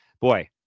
boy